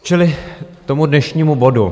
Čili k tomu dnešnímu bodu.